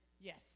Yes